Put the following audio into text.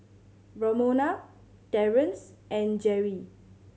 Romona Terence and Jerrie